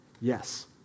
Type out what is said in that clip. Yes